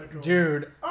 dude